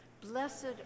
Blessed